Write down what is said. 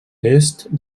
est